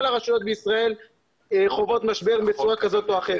הרשויות בישראל חוות משבר בצורה כזאת או אחרת.